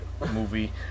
movie